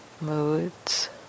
moods